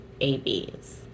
ABs